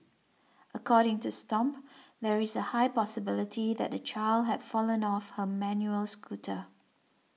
according to Stomp there is a high possibility that the child had fallen off her manual scooter